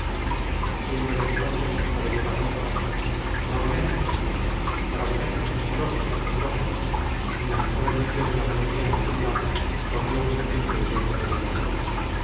asiéndole entonces de su cabellera roja bravonel gritó bravonel al oso al oso y lanzó en medio de la galería al juglar que corrió un momento huyendo del animal